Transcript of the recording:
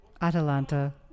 Atalanta